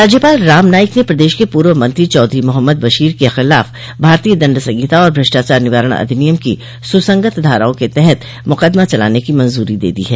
राज्यपाल राम नाईक ने प्रदेश के पूर्व मंत्री चौधरी मोहम्मद बशीर के खिलाफ भारतीय दंड संहिता और भ्रष्टाचार निवारण अधिनियम की सुसंगत धाराओं के तहत मुकदमा चलाने की मंज्री दे दी है